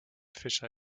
fisher